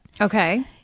Okay